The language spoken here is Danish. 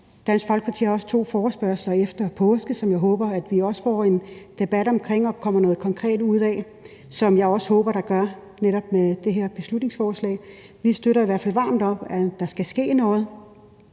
Dansk Folkeparti har også to forespørgsler efter påske, som jeg også håber vi får en debat om og der kommer noget konkret ud af, hvilket jeg også håber der gør netop med det her beslutningsforslag. Vi støtter i hvert fald varmt op om, at der skal ske noget.